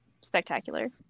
spectacular